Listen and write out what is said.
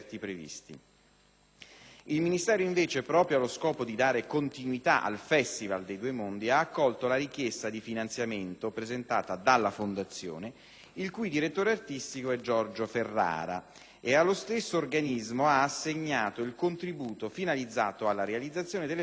Il Ministero, invece, proprio allo scopo di dare continuità al Festival dei due mondi, ha accolto la richiesta di finanziamento presentata dalla Fondazione, il cui direttore artistico è Giorgio Ferrara, ed allo stesso organismo ha assegnato il contributo finalizzato alla realizzazione dell'evento in argomento.